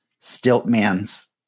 Stiltman's